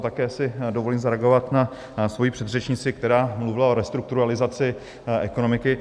Také si dovolím zareagovat na svoji předřečnici, která mluvila o restrukturalizaci ekonomiky.